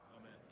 Amen